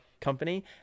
company